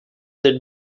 tel